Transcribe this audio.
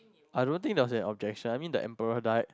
I don't think there was an objection I mean the employer died